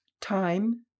Time